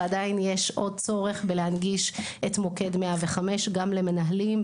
ועדיין יש עוד צריך בלהנגיש את מוקד 105 גם למנהלים,